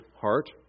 heart